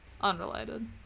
unrelated